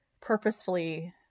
purposefully